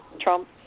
Trump